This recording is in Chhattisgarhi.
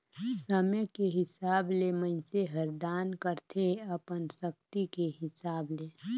समे के हिसाब ले मइनसे हर दान करथे अपन सक्ति के हिसाब ले